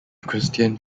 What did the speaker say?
christian